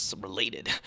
related